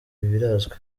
birazwi